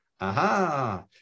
Aha